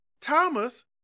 Thomas